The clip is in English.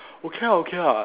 okay ah okay ah